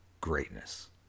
greatness